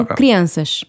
crianças